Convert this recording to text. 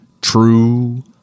True